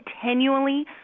continually